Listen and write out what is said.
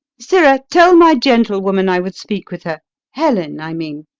sirrah, tell my gentlewoman i would speak with her helen i mean.